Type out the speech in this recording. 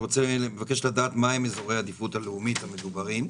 אני מבקש לדעת מהם אזורי העדיפות הלאומית המדוברים.